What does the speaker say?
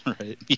right